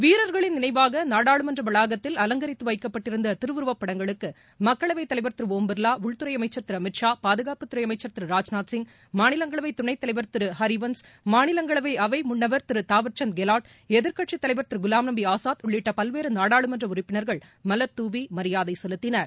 வீரர்களின் நாடாளுமன்ற வளாகத்தில் அலங்கரித்து நினைவாக வைக்கப்பட்டிருந்த திருவுருவட்படங்களுக்கு மக்களவை தலைவர் திரு ஓம் பிர்வா உள்துறை அமைச்சர் திரு அமித் ஷா பாதுகாப்புத்துறை அமைச்சர் திரு ராஜ்நாத் சிங் மாநிலங்களவை துணைத்தலைவர் திரு ஹரிவன்ஸ் மாநிலங்களவை அவை முன்னவர் திரு தாவர்சந்த் கெலாட் எதிர்க்கட்சி தலைவர் திரு குலாம் நபி ஆசாத் உள்ளிட்ட பல்வேறு நாடாளுமன்ற உறுப்பினர்கள் மலர்துவி மரியாதை செலுத்தினர்